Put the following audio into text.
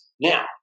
Now